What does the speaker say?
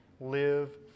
live